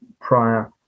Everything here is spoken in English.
prior